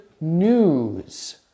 news